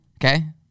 Okay